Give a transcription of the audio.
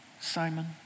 Simon